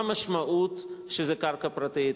מה המשמעות שזה קרקע פרטית?